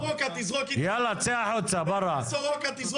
לך לסורוקה תזרוק --- צא החוצה, צא